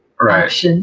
Right